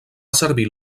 servir